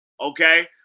Okay